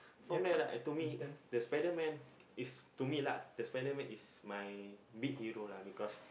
from there right uh to me the spiderman is to me lah the spiderman is my big hero lah because